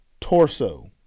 torso